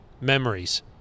Memories